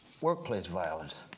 workplace violence.